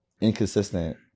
inconsistent